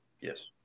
Yes